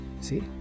See